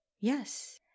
Yes